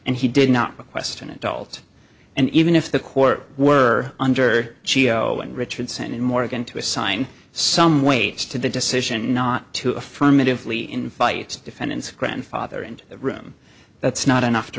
and he did not request an adult and even if the court were under cio and richardson and morgan to assign some weights to the decision not to affirmatively in fights defendant's grandfather in the room that's not enough to